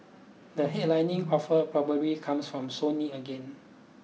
the headlining offer probably comes from Sony again